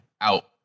out